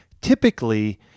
typically